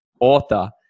Author